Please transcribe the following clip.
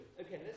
Okay